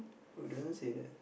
oh doesn't say that